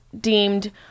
deemed